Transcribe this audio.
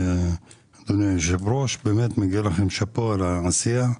אדוני היושב-ראש, מגיע לכם שאפו על העשייה.